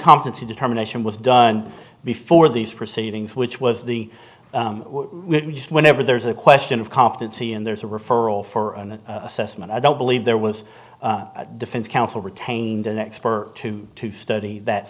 to determination was done before these proceedings which was the one we just whenever there's a question of competency and there's a referral for an assessment i don't believe there was a defense counsel retained an expert to to study that